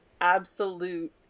absolute